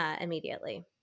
immediately